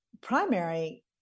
primary